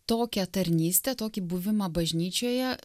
tokią tarnystę tokį buvimą bažnyčioje